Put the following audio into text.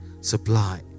supply